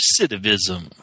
recidivism